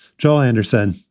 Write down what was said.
joel anderson.